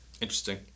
Interesting